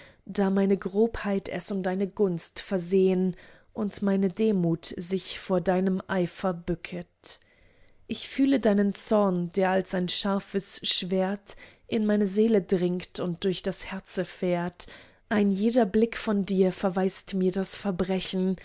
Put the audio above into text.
da meine grobheit es um deine gunst versehn und meine demut sich vor deinem eifer bücket ich fühle deinen zorn der als ein scharfes schwert in meine seele dringt und durch das herze fährt ein jeder blick von dir verweist mir das verbrechen